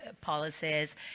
Policies